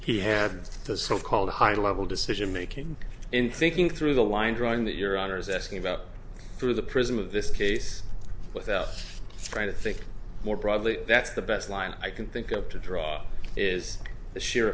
he had the so called high level decision making in thinking through the line drawing that your honor is asking about through the prism of this case without trying to think more broadly that's the best line i can think of to draw is the sheer